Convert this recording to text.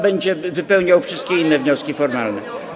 Będzie on wypełniał wszystkie inne wnioski formalne.